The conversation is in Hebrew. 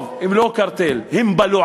טוב, הם לא קרטל, הם "בלועה".